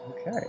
Okay